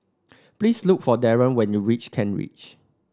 please look for Daron when you reach Kent Ridge